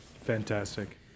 Fantastic